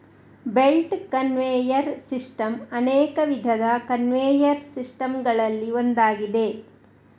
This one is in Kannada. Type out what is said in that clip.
ಬೆಲ್ಟ್ ಕನ್ವೇಯರ್ ಸಿಸ್ಟಮ್ ಅನೇಕ ವಿಧದ ಕನ್ವೇಯರ್ ಸಿಸ್ಟಮ್ ಗಳಲ್ಲಿ ಒಂದಾಗಿದೆ